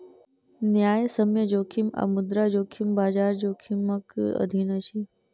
न्यायसम्य जोखिम आ मुद्रा जोखिम, बजार जोखिमक अधीन अछि